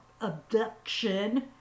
abduction